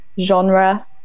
genre